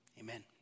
amen